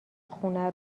خونه